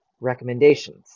Recommendations